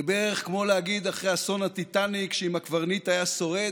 זה בערך כמו להגיד אחרי אסון הטיטניק שאם הקברניט היה שורד,